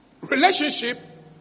relationship